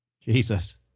Jesus